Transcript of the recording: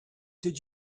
did